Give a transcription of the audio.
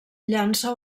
llança